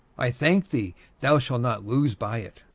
i thank thee thou shalt not lose by it.